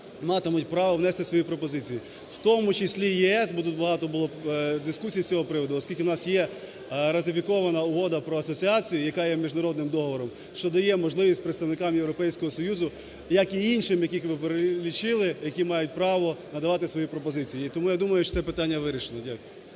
матимуть право внести свої пропозиції, в тому числі ЄС, бо тут багато було дискусій з цього приводу, оскільки у нас є ратифікована Угода про асоціацію, яка є міжнародним договором, що дає можливість представникам Європейського Союзу, як і іншим, яких ви перелічили, які мають право надавати свої пропозиції. І тому я думаю, що це питання вирішено. Дякую.